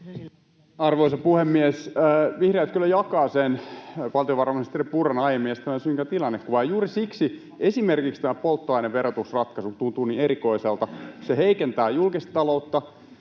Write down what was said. Arvoisa puhemies! Vihreät kyllä jakavat sen valtiovarainministeri Purran aiemmin esittämän synkän tilannekuvan, ja juuri siksi esimerkiksi tämä polttoaineverotusratkaisu tuntuu niin erikoiselta. Se heikentää julkista taloutta,